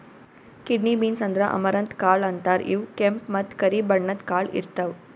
kidney beans ಅಂದ್ರ amaranth ಕಾಳ್ ಅಂತಾರ್ ಇವ್ ಕೆಂಪ್ ಮತ್ತ್ ಕರಿ ಬಣ್ಣದ್ ಕಾಳ್ ಇರ್ತವ್